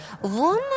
one